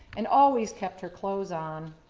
and always kept her clothes on.